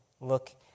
look